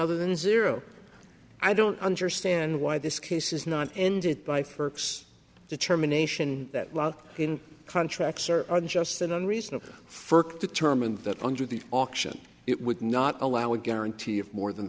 other than zero i don't understand why this case is not ended by for us determination that law in contracts are unjust and unreasonable ferk determined that under the auction it would not allow a guarantee of more than